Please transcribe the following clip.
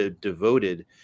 devoted